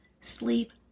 sleep